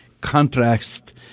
contrast